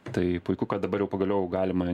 tai puiku kad dabar jau pagaliau galima